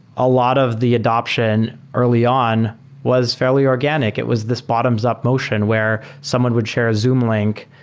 a lot of the adaption early on was fairly organic. it was this bottoms-up motion where someone would share a zoom link,